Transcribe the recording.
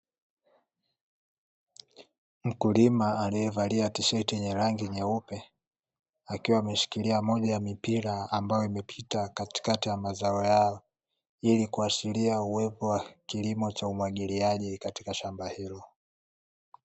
Mkulima aliyevalia tisheti yenye rangi nyeupe akiwa ameshikilia moja ya mipira ambayo imepita katika ya mazao yao. Hii ni kuashiria uwepo wa kilimo cha umwagiliaji katika shamba hilo.